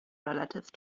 relative